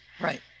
Right